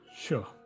Sure